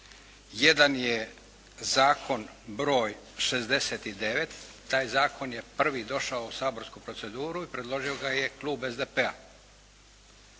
Jedan je zakon broj 69, taj zakon je prvi došao u saborsku proceduru i predložio ga je klub SDP-a.